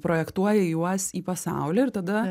projektuoji juos į pasaulį ir tada